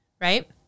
Right